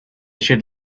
should